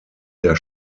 der